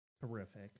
terrific